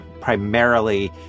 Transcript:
primarily